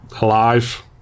Alive